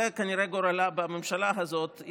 זה כנראה גורלה בממשלה הזאת,